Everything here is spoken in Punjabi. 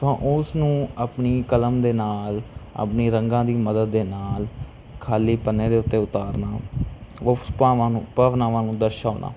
ਤਾਂ ਉਸ ਨੂੰ ਆਪਣੀ ਕਲਮ ਦੇ ਨਾਲ ਆਪਣੀ ਰੰਗਾਂ ਦੀ ਮਦਦ ਦੇ ਨਾਲ ਖਾਲੀ ਪੰਨੇ ਦੇ ਉੱਤੇ ਉਤਾਰਨਾ ਉਫ਼ ਭਾਵਾਂ ਨੂੰ ਭਾਵਨਾਵਾਂ ਨੂੰ ਦਰਸਾਉਣਾ